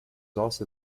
also